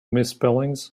misspellings